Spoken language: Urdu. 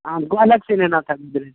ہاں ہم کو الگ سے لینا تھا گودریج